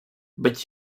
but